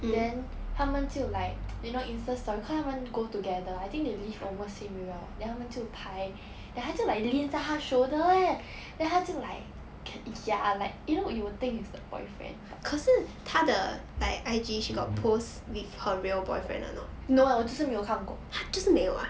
then 他们就 like you know insta story cause 他们 go together I think they live almost same area [what] then 他们就拍 then 她就 like lean 在他 shoulder leh then 他就 like ya like you know you would think is the boyfriend but no eh 我就是没有看过